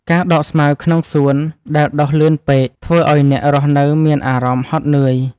ការដកស្មៅក្នុងសួនដែលដុះលឿនពេក ធ្វើឱ្យអ្នករស់នៅមានអារម្មណ៍ហត់នឿយ។